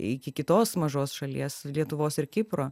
iki kitos mažos šalies lietuvos ir kipro